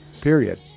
Period